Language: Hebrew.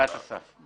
בגבעת אסף.